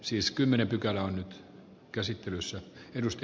siis kymmenen pykälää on nyt arvoisa puhemies